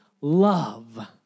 love